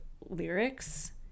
lyrics